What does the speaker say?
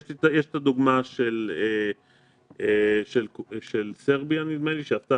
יש את הדוגמה של סרביה שעשתה